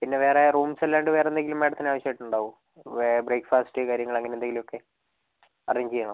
പിന്നെ വേറെ റൂംസ് അല്ലാണ്ട് വേറെ എന്തെങ്കിലും മേടത്തിന് ആവിശ്യം ആയിട്ട് ഉണ്ടാവുമോ ബ്രേക്ക്ഫാസ്റ്റ് കാര്യങ്ങൾ അങ്ങനെ എന്തെങ്കിലുമൊക്കെ അറേഞ്ച് ചെയ്യണോ